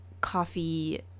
coffee